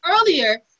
earlier